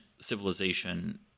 civilization